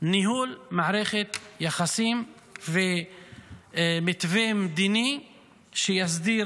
ניהול מערכת יחסים ומתווה מדיני שיסדיר